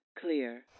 clear